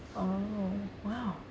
oh !wow!